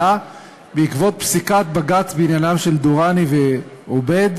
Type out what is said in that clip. עלה בעקבות פסיקת בג"ץ בעניינם של דיראני ועובייד,